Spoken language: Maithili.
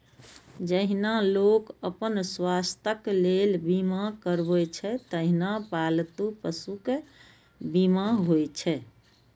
जहिना लोग अपन स्वास्थ्यक लेल बीमा करबै छै, तहिना पालतू पशुक बीमा होइ छै